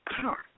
power